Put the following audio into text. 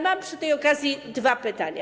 Mam przy tej okazji dwa pytania.